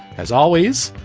as always,